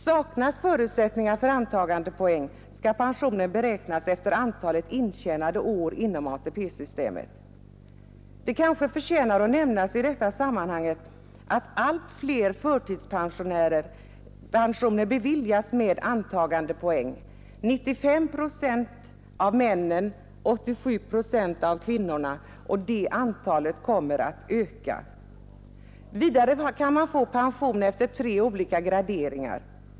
Saknas förutsättningar för antagandepoäng skall pensionen beräknas efter antalet intjänade år inom ATP-systemet. Det kanske förtjänar att nämnas i detta sammanhang att allt fler förtidspensioner beviljas med antagandepoäng — 95 procent av männen och 87 procent av kvinnorna — och att antalet kommer att öka. Vidare kan man få pension efter tre olika graderingar.